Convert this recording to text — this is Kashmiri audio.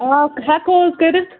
آوا ہٮ۪کو حظ کٔرِتھ